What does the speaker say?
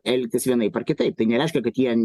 elgtis vienaip ar kitaip tai nereiškia kad jie